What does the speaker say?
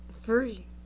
Free